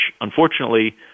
unfortunately